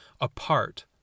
apart